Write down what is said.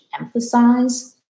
emphasize